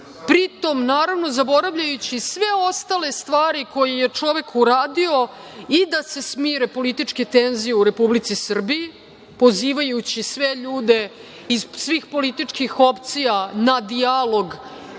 pri tome naravno zaboravljajući sve ostale stvari koje je čovek uradio i da se smire političke tenzije u Republici Srbiji pozivajući sve ljude iz svih političkih opcija na dijalog